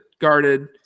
guarded